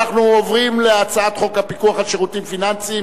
אנחנו עוברים להצעת חוק הפיקוח על שירותים פיננסיים